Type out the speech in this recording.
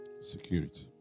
security